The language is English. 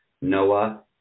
Noah